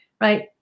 right